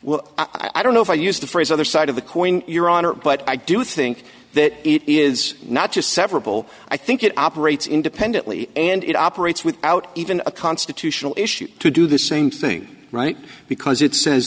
well i don't know if i used the phrase other side of the coin your honor but i do think that it is not just several i think it operates independently and it operates without even a constitutional issue to do the same thing right because it says